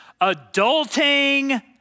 adulting